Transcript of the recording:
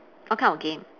what kind of game